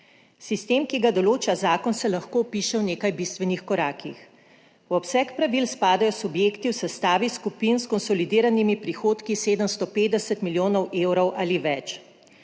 Sistem, ki ga določa zakon, se lahko opiše v nekaj bistvenih korakih. V obseg pravil spadajo subjekti v sestavi skupin s konsolidiranimi prihodki 750 milijonov evrov ali več.